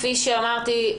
כפי שאמרתי,